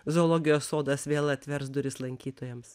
zoologijos sodas vėl atvers duris lankytojams